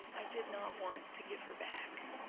i did not want to give her back.